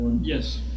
Yes